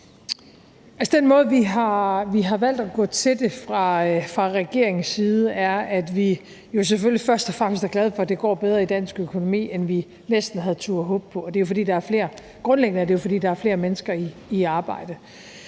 Den måde, vi har valgt at se det på fra regeringens side, er, at vi jo selvfølgelig først og fremmest er glade for, at det går bedre i dansk økonomi, end vi næsten havde turdet håbe på. Grundlæggende er det jo, fordi der er flere mennesker i arbejde.